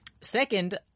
second